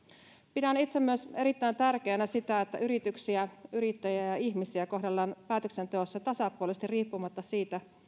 pidän itse erittäin tärkeänä myös sitä että yrityksiä yrittäjiä ja ihmisiä kohdellaan päätöksenteossa tasapuolisesti riippumatta siitä